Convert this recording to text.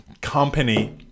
company